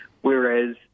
Whereas